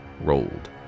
rolled